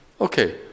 okay